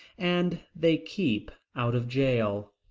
and they keep out of jail.